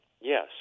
Yes